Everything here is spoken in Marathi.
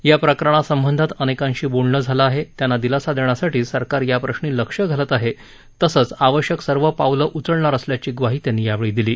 या प्रकरणा संबंधात अनेकांशी बोलणं झालं आहे त्यांना दिलासा देण्यासाठी सरकार याप्रश्री लक्ष घालत आहे तसंच आवश्यक सर्व पावलं उचलणार असल्याची ग्वाही त्यांनी यावेळी दिली